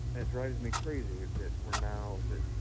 and drives me crazy that we are now that